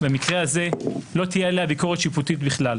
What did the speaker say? במקרה זה לא תהיה עליה ביקורת שיפוטית כלל,